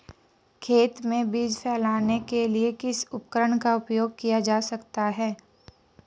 खेत में बीज फैलाने के लिए किस उपकरण का उपयोग किया जा सकता है?